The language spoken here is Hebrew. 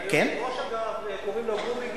היושב-ראש, אגב, קוראים לו גובי גיבלין.